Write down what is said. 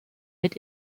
mit